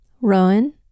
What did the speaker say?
Rowan